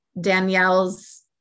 Danielle's